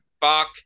Fuck